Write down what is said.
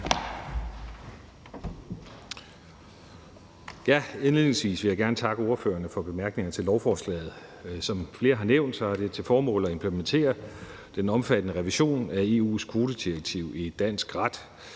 Indledningsvis vil jeg gerne takke ordførerne for bemærkningerne til lovforslaget. Som flere har nævnt, har det til formål at implementere den omfattende revision af EU's kvotedirektiv i dansk ret.